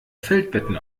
feldbetten